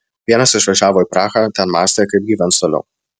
vienas išvažiavo į prahą ten mąstė kaip gyvens toliau